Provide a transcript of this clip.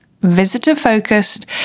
visitor-focused